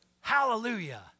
Hallelujah